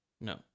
No